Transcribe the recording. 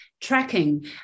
tracking